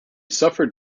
suffered